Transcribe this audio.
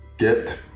Get